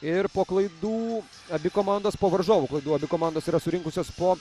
ir po klaidų abi komandos po varžovų klaidų abi komandos yra surinkusios po